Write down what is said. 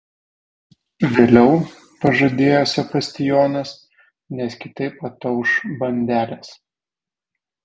vėliau pažadėjo sebastijonas nes kitaip atauš bandelės